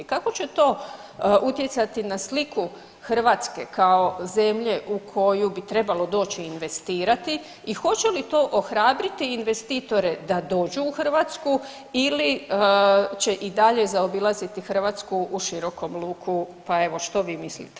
Kako će to utjecati na sliku Hrvatske kao zemlje u koju bi trebalo doći investirati i hoće li to ohrabriti investitore da dođu u Hrvatsku ili će i dalje zaobilaziti Hrvatsku u širokom luku, pa evo što vi mislite?